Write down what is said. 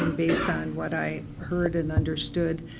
based on what i heard and understood,